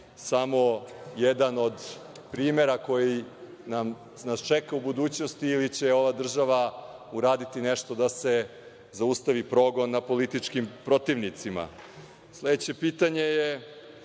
samo jedan od primera koji nas čeka u budućnosti ili će ova država uraditi nešto da se zaustavi progon nad političkim protivnicima? Sledeće pitanje je